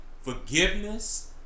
forgiveness